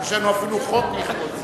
יש לנו אפילו חוק לכבוד זה.